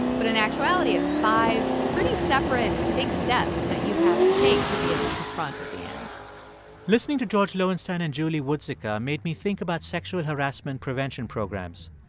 but in actuality, it's five pretty separate big steps that you have to take to be able to confront at the end listening to george loewenstein and julie woodzicka made me think about sexual harassment prevention programs.